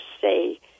say